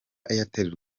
airtel